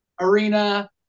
arena